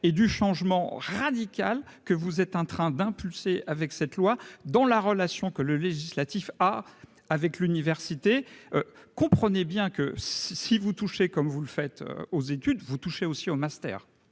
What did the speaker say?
et du changement radical que vous êtes un train d'impulser avec cette loi, dans la relation que le législatif ah avec l'université, comprenez bien que si vous touchez, comme vous le faites aux études, vous touchez aussi au master,